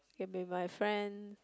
can be my friend